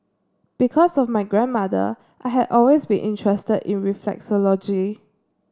because of my grandmother I had always been interested in reflexology